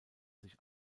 sich